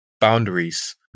boundaries